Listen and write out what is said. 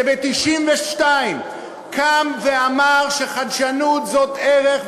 שב-1992 קם ואמר שחדשנות היא ערך,